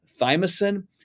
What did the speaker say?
thymosin